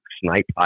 Snipe